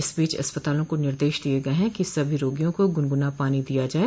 इस बीच अस्पतालों को निर्देश दिए गए हैं कि सभी रोगियों को गुनगुना पानी दिया जाए